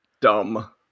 Dumb